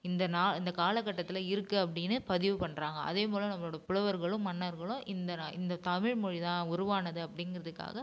இந்த நா இந்த காலகட்டத்தில் இருக்குது அப்படினு பதிவு பண்ணுறாங்க அதேபோல் நம்மளோடய புலவர்களும் மன்னர்களும் இந்த இந்த தமிழ் மொழி தான் உருவானது அப்டிங்கிறதுக்காக